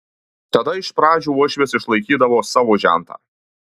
tada iš pradžių uošvis išlaikydavo savo žentą